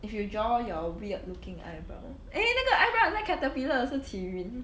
if you draw your weird looking eyebrow eh 那个 eyebrow 好像 caterpillar 的是 qi yun